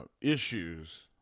issues